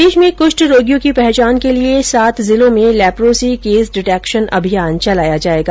प्रदेश में कुष्ठ रोगियों की पहचान के लिए सात जिलों में लेप्रोसी केस डिटेक्शन अभियान चलाया जाएगा